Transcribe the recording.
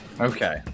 okay